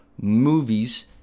movies